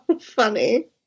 funny